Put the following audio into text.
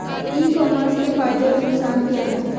ई commerce के फायदे और नुकसान क्या हैं?